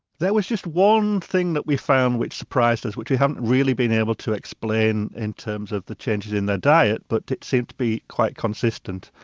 there was just one thing that we found which surprised us, which we haven't really been able to explain in terms of the changes in their diet, but it seems to be quite consistent,